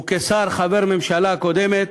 וכשר, חבר הממשלה הקודמת,